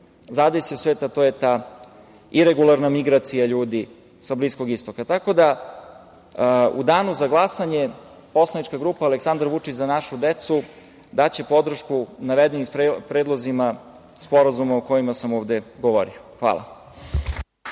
zadesio svet, a to je ta iregularna migracija ljudi sa Bliskog Istoka.U danu za glasanje poslanička grupa Aleksandar Vučić – Za našu decu daće podršku navedenim predlozima sporazuma o kojima sam ovde govorio. Hvala.